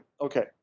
Okay